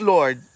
Lord